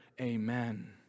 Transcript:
Amen